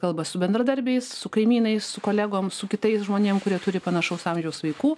kalba su bendradarbiais su kaimynais su kolegom su kitais žmonėm kurie turi panašaus amžiaus vaikų